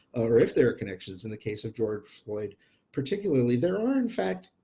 or if there are connections in the case of george floyd particularly, there are, in fact,